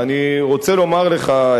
ואני רוצה לומר לך,